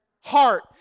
heart